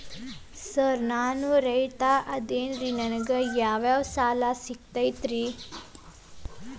Sir ನಾನು ರೈತ ಅದೆನ್ರಿ ನನಗ ಯಾವ್ ಯಾವ್ ಸಾಲಾ ಸಿಗ್ತೈತ್ರಿ?